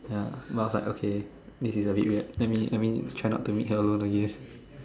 ya but I was like okay this is a bit weird let me let me try not to meet her alone again